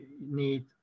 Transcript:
need